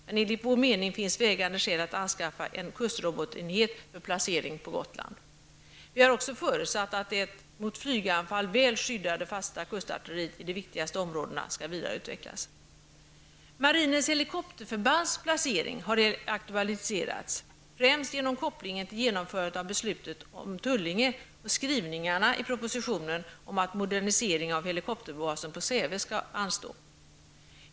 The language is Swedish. Men enligt vår mening finns det vägande skäl att anskaffa en kustrobotenhet för placering på Gotland. Vi har också förutsatt att det, mot flyganfall väl skyddade, fasta kustartilleriet i de viktigaste områdena skall vidareutvecklas. Marinens helikopterförbands placering har aktualiserats, främst genom kopplingen till genomförandet av beslutet om Tullinge och skrivningarna i propositionen om att en modernisering av helikopterbasen på Säve skulle anstå.